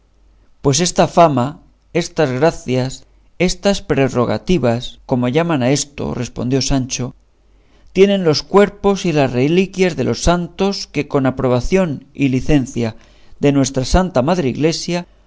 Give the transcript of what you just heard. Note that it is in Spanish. pues esta fama estas gracias estas prerrogativas como llaman a esto respondió sancho tienen los cuerpos y las reliquias de los santos que con aprobación y licencia de nuestra santa madre iglesia